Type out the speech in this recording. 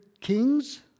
kings